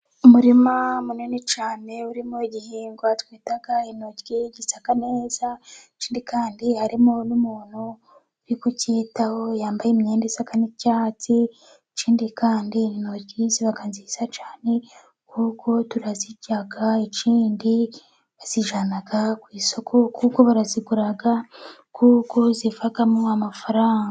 Umurima munini cyane urimo igihingwa twita intoryi gisa neza, ikindi kandi harimo n'umuntu uri kucyitaho, yambaye imyenda isa n'icyatsi, ikindi kandi intoryi ziba nziza cyane, kuko turazirya, ikindi tuzijyana ku isoko, kuko barazigura, kuko zivamo amafaranga.